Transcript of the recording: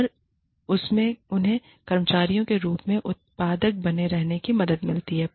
और इससे उन्हें कर्मचारियों के रूप में उत्पादक बने रहने में मदद मिलती है